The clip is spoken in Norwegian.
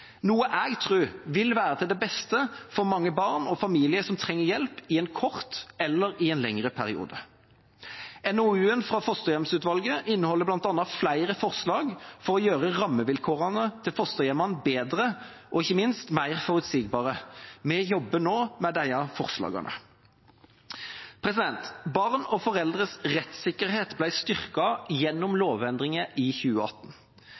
noe jeg tror vil være til det beste for mange barn og familier som trenger hjelp i en kortere eller lengre periode. NOU-en fra fosterhjemsutvalget inneholder bl.a. flere forslag for å gjøre rammevilkårene til fosterhjemmene bedre og ikke minst mer forutsigbare. Vi jobber nå med disse forslagene. Barn og foreldres rettssikkerhet ble styrket gjennom lovendringer i 2018.